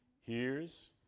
Hears